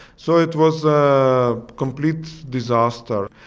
so it was a complete disaster.